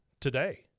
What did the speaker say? today